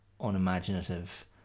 unimaginative